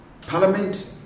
Parliament